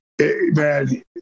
man